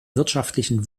wirtschaftlichen